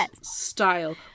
style